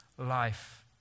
life